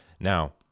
Now